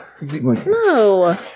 no